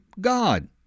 God